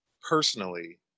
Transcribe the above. personally